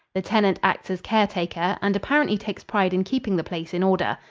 the tenant acts as caretaker and apparently takes pride in keeping the place in order.